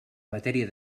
matèria